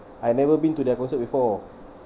I've never been to their concert before